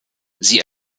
sie